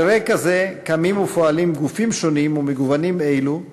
על רקע זה קמים ופועלים גופים שונים ומגוונים אלו,